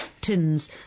tins